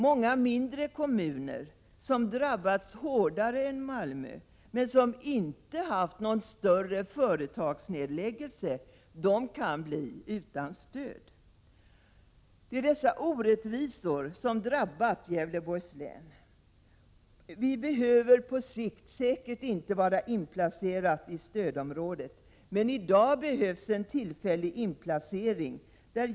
Många mindre kommuner som drabbats hårdare än Malmö, men som inte haft någon större företagsnedläggelse, kan bli utan stöd. Det är dessa orättvisor som drabbat Gävleborgs län. Gävleborgs län behöver på sikt säkert inte vara inplacerat i stödområdet, men i dag behövs en tillfällig inplacering.